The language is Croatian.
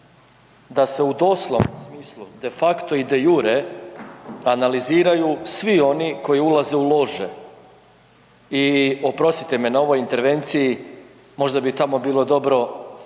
da se u doslovnom smislu de facto i de jure analiziraju svi oni koji ulaze u lože i oprostite mi na ovoj intervenciji možda bi tamo bilo dobro